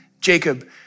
Jacob